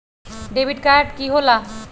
Debit card की होला?